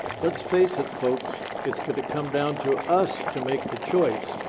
let's face it folks, it's gonna come down to us to make the choice.